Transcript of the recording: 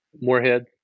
Morehead